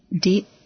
deep